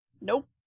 Nope